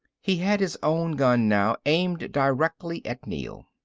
he had his own gun now, aimed directly at neel.